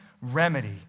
remedy